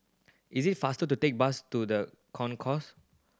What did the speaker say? is it faster to take bus to The Concourse